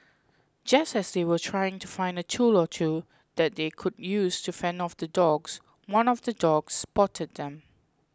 just as they were trying to find a tool or two that they could use to fend off the dogs one of the dogs spotted them